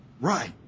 Right